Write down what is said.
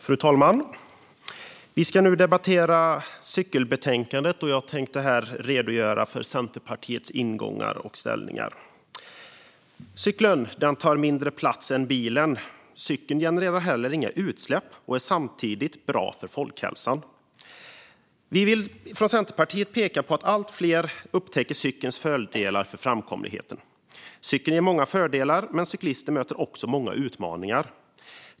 Fru talman! Vi debatterar nu cykelbetänkandet, och jag tänkte redogöra för Centerpartiets ingångar och ställningstaganden. Cykeln tar mindre plats än bilen. Cykeln genererar inte heller några utsläpp och är samtidigt bra för folkhälsan. Vi från Centerpartiet vill peka på att allt fler upptäcker cykelns fördelar för framkomligheten. Cykeln ger många fördelar, men cyklister möter också många utmaningar.